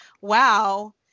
wow